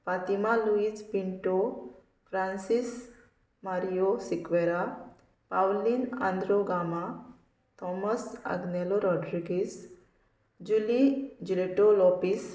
Fatima Luis Pinto Francis Mario Sequeira Paulin Andro Gama Thomas Agnelo Rodrigues Julie Juleto Lopes